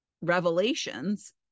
revelations